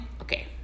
Okay